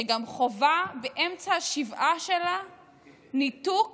שגם חווה באמצע השבעה שלה ניתוק